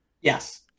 Yes